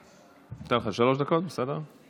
אתן לך שלוש דקות, בסדר?